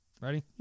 Ready